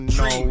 no